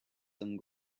some